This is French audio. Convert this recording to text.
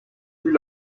plus